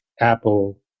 Apple